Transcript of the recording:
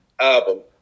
album